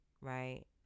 right